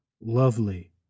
Lovely